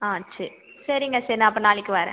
ஆ சரி சரிங்க சார் நான் அப்போ நாளைக்கு வர்றேன்